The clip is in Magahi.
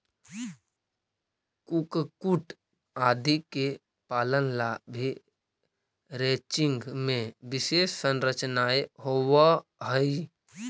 कुक्कुट आदि के पालन ला भी रैंचिंग में विशेष संरचनाएं होवअ हई